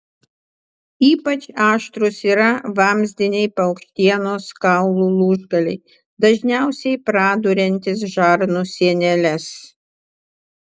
ypač aštrūs yra vamzdiniai paukštienos kaulų lūžgaliai dažniausiai praduriantys žarnų sieneles